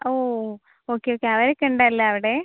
ഓ okay okay അവരൊക്കെ ഉണ്ടല്ലേ അവിടെ